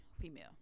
female